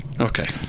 okay